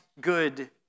good